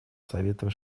советом